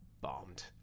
bombed